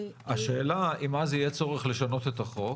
השאלה אם אז יהיה צורך לשנות את החוק